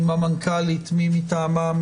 אם המנכ"לית או מי מטעמה,